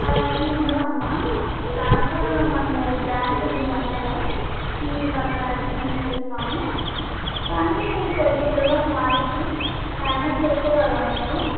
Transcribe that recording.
అలాగ ఏమి ఉండదమ్మా ట్రాన్స్ఫర్ మనది బ్రాంచ్ ఉంది చెన్నైలో మీకు అక్కడ అడ్మిషన్ ఇప్పిస్తాము కానీ కొద్దిగా సిలబస్ మారిద్ది మ్యానేజ్ చేసుకోగలవా నువ్వు